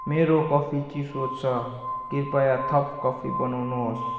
मेरो कफी चिसो छ कृपया थप कफी बनाउनुहोस्